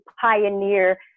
pioneer